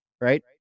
right